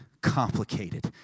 complicated